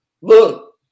look